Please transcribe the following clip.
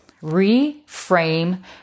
reframe